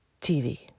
TV